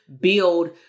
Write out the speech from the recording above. build